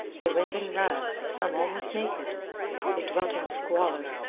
they went in rags, some almost naked they dwelt in squalor,